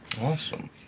awesome